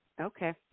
Okay